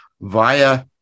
via